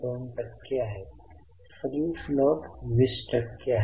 2 टक्के आहे free float २० टक्के आहे